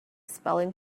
spelling